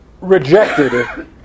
rejected